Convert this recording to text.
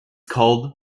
called